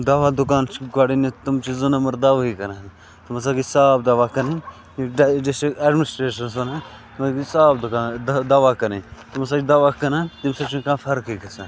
دوا دُکان چھ گۄڈنیٚتھ تِم چھِ زٕ نَمبَر دَوہے کٕنان تِم ہَسا گٔژھ صاف دَوا کٕنٕنۍ ڈِسٹرک ایٚڈمِنِسٹریشنَس وَنان صاف دُکان دَوا کٕنٕنۍ تِم ہَسا چھِ دَوا کٕنان تمہِ سۭتۍ چھَ نہٕ کانٛہہ فَرقے گَژھان